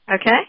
Okay